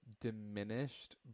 diminished